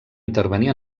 intervenir